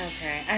Okay